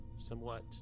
somewhat